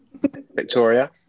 Victoria